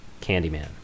Candyman